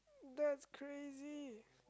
that's crazy